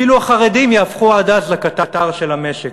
אפילו החרדים יהפכו עד אז לקטר של המשק.